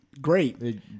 great